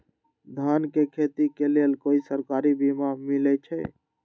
धान के खेती के लेल कोइ सरकारी बीमा मलैछई?